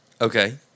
Okay